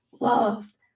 loved